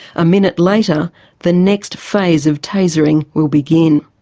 a minute later the next phase of tasering will begin.